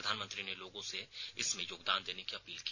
प्रधानमंत्री ने लोगों से इसमें योगदान देने की अपील की